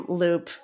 loop